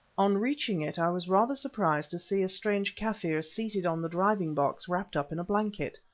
on reaching it, i was rather surprised to see a strange kaffir seated on the driving-box wrapped up in a blanket.